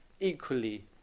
equally